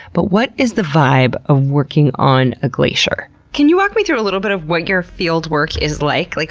but what is the vibe of working on a glacier? can you walk me through a little bit of what your field work is like? like